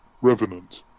Revenant